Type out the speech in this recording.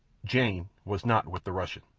jane was not with the russian.